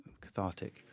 cathartic